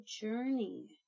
Journey